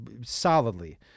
solidly